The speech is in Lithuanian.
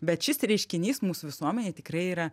bet šis reiškinys mūsų visuomenėj tikrai yra